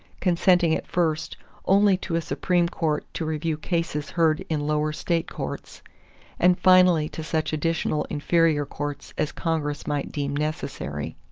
consenting at first only to a supreme court to review cases heard in lower state courts and finally to such additional inferior courts as congress might deem necessary.